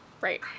Right